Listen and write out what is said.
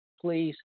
please